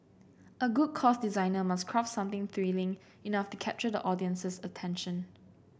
a good course designer must craft something thrilling enough to capture the audience's attention